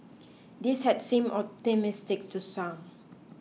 this had seemed optimistic to some